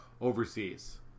overseas